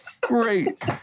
great